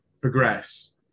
progress